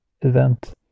event